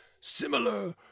similar